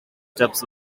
stuff